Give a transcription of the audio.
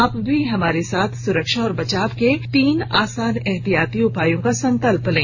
आप भी हमारे साथ सुरक्षा और बचाव के तीन आसान एहतियाती उपायों का संकल्प लें